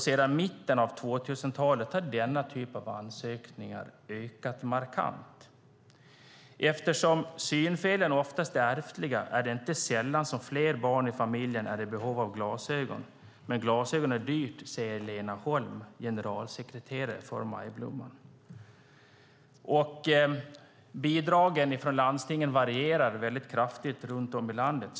Sedan mitten av 2000-talet har denna typ av ansökningar ökat markant. Eftersom synfelen ofta är ärftliga är det inte sällan som fler barn i familjen är i behov av glasögon, men glasögon är dyra, säger Lena Holm som är generalsekreterare i Majblomman. Bidragen från landstingen varierar kraftigt i landet.